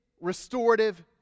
restorative